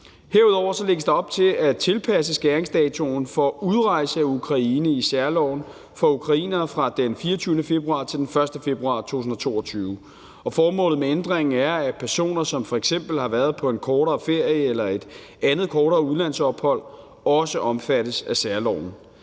Herudover lægges der op til at tilpasse skæringsdatoen for udrejse af Ukraine i særloven for ukrainere fra den 24. februar til den 1. februar 2022. Formålet med ændringen er, at personer som f.eks. har været på en kortere ferie eller et andet kortere udlandsophold også omfattes af særloven.